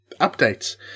updates